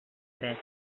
dret